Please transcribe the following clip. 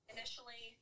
Initially